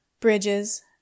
bridges